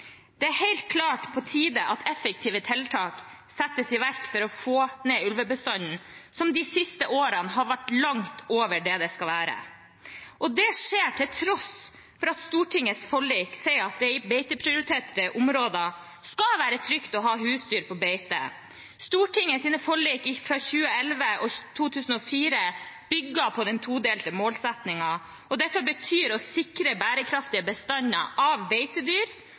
Det er helt klart på tide at effektive tiltak settes i verk for å få ned ulvebestanden, som de siste årene har vært langt over det antallet det skal være. Det skjer til tross for at Stortingets forlik sier at det i beiteprioriterte områder skal være trygt å ha husdyr på beite. Stortingets forlik fra 2011 og 2004 bygger på den todelte målsettingen, og det betyr å sikre bærekraftige bestander av både beitedyr